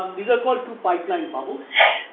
these are called two pipeline bubbles,